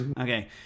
Okay